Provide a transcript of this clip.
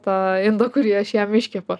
tą indą kurį aš jam iškepu